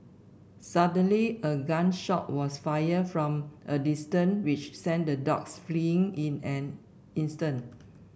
suddenly a gun shot was fired from a distance which sent the dogs fleeing in an instant